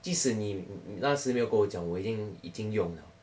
即使你那时没有跟我讲我已经已经用 liao